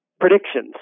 predictions